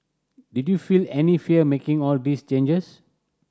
did you feel any fear making all these changes